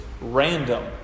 random